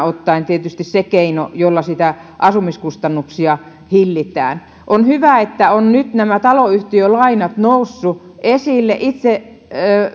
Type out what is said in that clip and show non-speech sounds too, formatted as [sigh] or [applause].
[unintelligible] ottaen tietysti se keino jolla niitä asumiskustannuksia hillitään on hyvä että nyt nämä taloyhtiölainat ovat nousseet esille itse